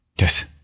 Yes